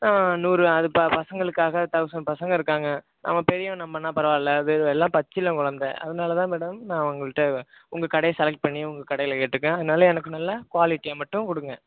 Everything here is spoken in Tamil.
நூறு அதுவும் பசங்களுக்காக தொளசண்ட் பசங்க இருக்காங்க நம்ம பெரிய நம்மன்னா பரவால்ல அது எல்லாம் பச்சிளங்குழந்த அதனால தான் மேடம் உங்கள்கிட்ட உங்கள் கடையை செலக்ட் பண்ணி உங்கள் கடையில் கேட்டுருக்கேன் அதனால் எனக்கு நல்லா குவாலிட்டியாக மட்டும் கொடுங்க